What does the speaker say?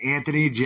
Anthony